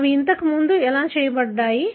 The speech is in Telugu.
అవి ఇంతకు ముందు ఎలా చేయబడ్డాయి